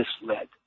misled